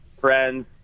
friends